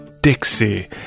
Dixie